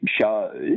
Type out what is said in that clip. shows